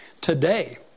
today